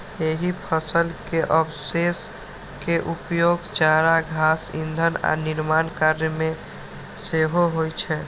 एहि फसल के अवशेष के उपयोग चारा, घास, ईंधन आ निर्माण कार्य मे सेहो होइ छै